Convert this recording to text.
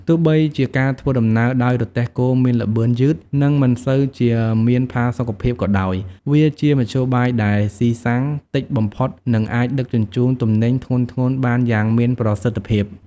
ទោះបីជាការធ្វើដំណើរដោយរទេះគោមានល្បឿនយឺត និងមិនសូវជាមានផាសុកភាពក៏ដោយ វាជាមធ្យោបាយដែលស៊ីសាំងតិចបំផុតនិងអាចដឹកជញ្ជូនទំនិញធ្ងន់ៗបានយ៉ាងមានប្រសិទ្ធភាព។